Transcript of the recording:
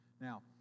Now